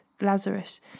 Lazarus